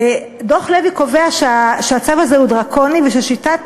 דוח לוי קובע שהצו הזה הוא דרקוני וששיטת